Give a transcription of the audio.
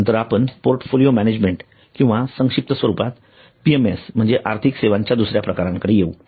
यानंतर आपण portfolio management service किंवा संक्षिप्त स्वरूपात पीएमएस म्हणजे आर्थिक सेवांच्या दुसर्या प्रकाराकडे येऊ